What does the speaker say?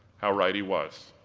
how right he was.